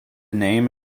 name